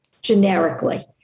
generically